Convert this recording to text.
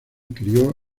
crio